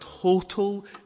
total